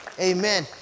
Amen